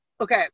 okay